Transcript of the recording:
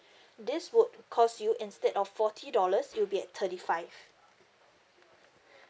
this would cost you instead of forty dollars it'll be at thirty five